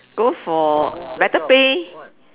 go for better pay